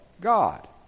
God